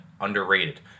underrated